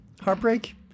Heartbreak